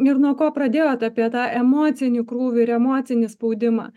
ir nuo ko pradėjot apie tą emocinį krūvį ir emocinį spaudimą